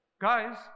guys